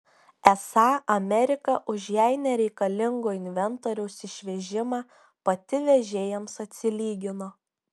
esą amerika už jai nereikalingo inventoriaus išvežimą pati vežėjams atsilygino